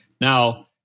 Now